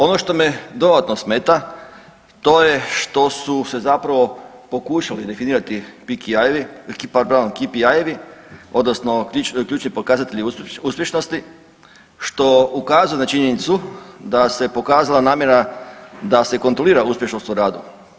Ono što me dodatno smeta to je što su se zapravo pokušali definirati KPI-jevi odnosno ključni pokazatelji uspješnosti što ukazuje na činjenicu da se pokazala namjera da se kontrolira uspješnost u radu.